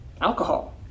Alcohol